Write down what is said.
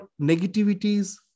negativities